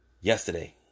yesterday